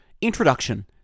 Introduction